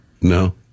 No